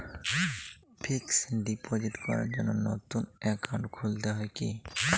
Fix deposit করার জন্য নতুন অ্যাকাউন্ট খুলতে হয় কী?